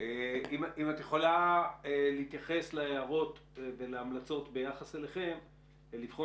אם את יכולה להתייחס להערות ולהמלצות שלכם לבחון